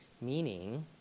Meaning